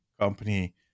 company